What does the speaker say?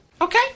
Okay